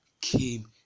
came